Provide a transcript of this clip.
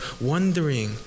Wondering